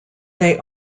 they